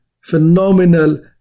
phenomenal